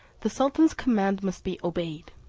the sultan's command must be obeyed.